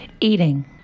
Eating